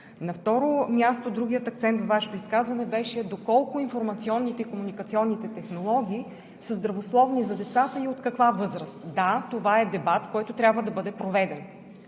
На второ място, другият акцент във Вашето изказване беше доколко информационните и комуникационните технологии са здравословни за децата и от каква възраст? Да, това е дебат, който трябва да бъде проведен.